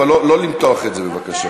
אבל לא למתוח את זה בבקשה.